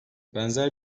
benzer